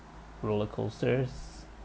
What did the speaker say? roller coasters